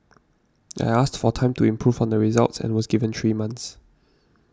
I asked for time to improve on the results and was given three months